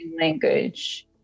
language